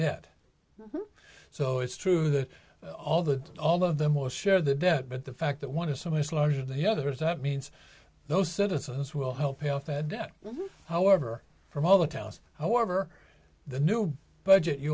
debt so it's true that all the all of them will share the debt but the fact that one is so much larger than the others that means those citizens will help pay off that debt however from all the towns however the new budget you